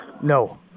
No